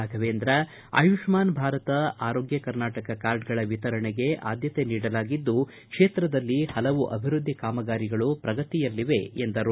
ರಾಘವೇಂದ್ರ ಆಯುಷ್ಠಾನ್ ಭಾರತ ಆರೋಗ್ಯ ಕರ್ನಾಟಕ ಕಾರ್ಡ್ಗಳ ವಿತರಣೆಗೆ ಆದ್ಯತೆ ನೀಡಲಾಗಿದ್ದು ಕ್ಷೇತ್ರದಲ್ಲಿ ಹಲವು ಅಭಿವೃದ್ಧಿ ಕಾಮಗಾರಿಗಳು ಪ್ರಗತಿಯಲ್ಲಿವೆ ಎಂದರು